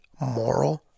moral